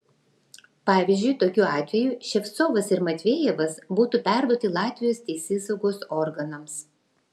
pavyzdžiui tokiu atveju ševcovas ir matvejevas būtų perduoti latvijos teisėsaugos organams